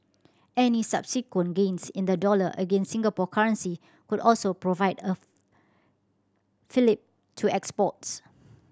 any subsequent gains in the dollar against the Singapore currency could also provide a fillip to exports